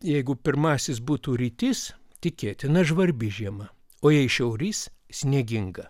jeigu pirmasis būtų rytys tikėtina žvarbi žiema o jei šiaurys snieginga